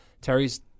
Terry's